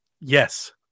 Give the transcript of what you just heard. Yes